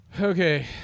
Okay